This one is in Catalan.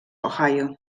ohio